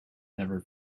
never